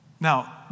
Now